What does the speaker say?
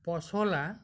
পচলা